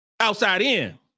outside-in